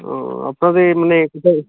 ও আপনাদের মানে কোথায়